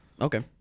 Okay